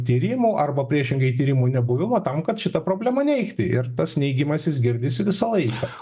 tyrimų arba priešingai tyrimų nebuvimą tam kad šita problema neigti ir tas neigiamasis girdis visą laiką